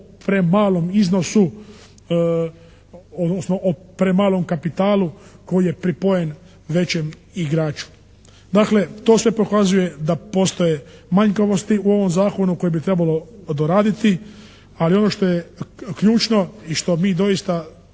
premalom iznosu, odnosno o premalom kapitalu koji je pripojen većem igraču. Dakle, to sve pokazuje da postoje manjkavosti u ovom Zakonu koje bi trebalo doraditi, ali ono što je ključno i što mi doista